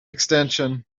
extension